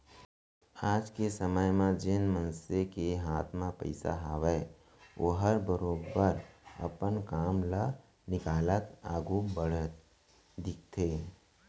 आज के समे म जेन मनसे के हाथ म पइसा हावय ओहर बरोबर अपन काम ल निकालत आघू बढ़त दिखथे